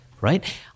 right